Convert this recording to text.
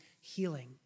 healing